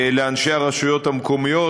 לאנשי הרשויות המקומיות,